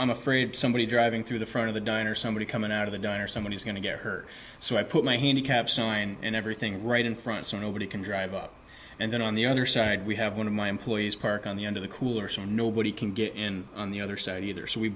i'm afraid somebody driving through the front of the diner somebody coming out of the diner somebody is going to get hurt so i put my handicap sign and everything right in front so nobody can drive up and then on the other side we have one of my employees park on the end of the coolers and nobody can get in on the other side either so we